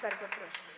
Bardzo proszę.